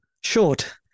short